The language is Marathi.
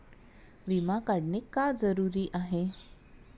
विमा काढणे का जरुरी आहे?